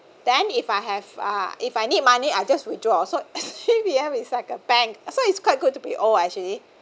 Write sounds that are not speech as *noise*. then if I have uh if I need money I just withdraw so *breath* C_P_F like a bank so it's quite good to be old actually